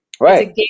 Right